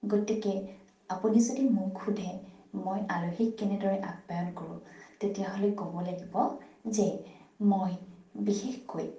গতিকে আপুনি যদি মোক সুধে মই আলহীক কেনেদৰে আপ্যায়ন কৰোঁ তেতিয়াহ'লে ক'ব লাগিব যে মই বিশেষকৈ